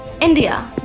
india